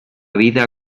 vida